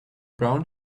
brown